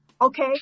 okay